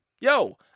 yo